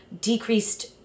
decreased